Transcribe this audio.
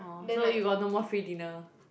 orh so you got no more free dinner